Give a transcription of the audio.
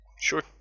Sure